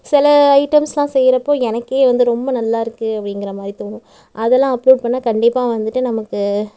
சில ஐட்டம்ஸ்லாம் செய்கிறப்போ எனக்கு வந்து ரொம்ப நல்லாயிருக்கு அப்படிங்கிற மாதிரி தோணும் அதெல்லாம் அப்லோட் பண்ணுணா கண்டிப்பாக வந்துட்டு நமக்கு